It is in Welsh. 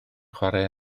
chwarae